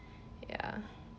ya